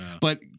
But-